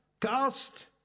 Cast